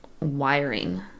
wiring